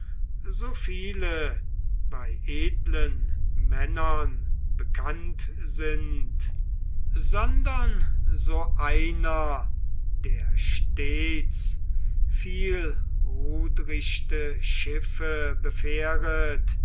so viele bei edlen männern bekannt sind sondern so einer der stets vielrudrichte schiffe befähret